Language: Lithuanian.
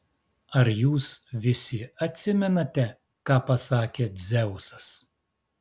ar jūs visi atsimenate ką pasakė dzeusas